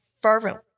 fervently